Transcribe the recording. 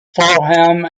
fulham